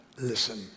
listen